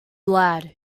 lad